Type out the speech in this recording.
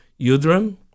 Yudram